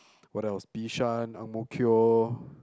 what else Bishan Ang-Mo-Kio